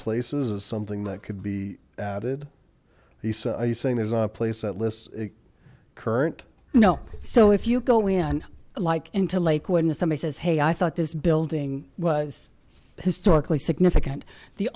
places something that could be added the so are you saying there's a place that lists current you know so if you go in like into like when somebody says hey i thought this building was historically significant the